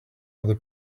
other